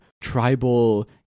tribal